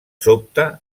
sobte